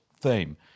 theme